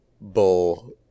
bull